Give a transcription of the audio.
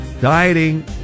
Dieting